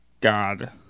God